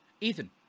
Ethan